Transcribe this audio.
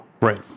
Right